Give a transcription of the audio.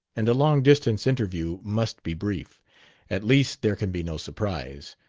and a long distance interview must be brief at least there can be no surprise,